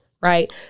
right